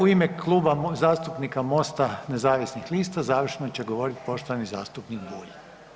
U ime Kluba zastupnika Mosta nezavisnih lista završno će govoriti poštovani zastupnik Bulj.